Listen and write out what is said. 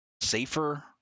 safer